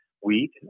wheat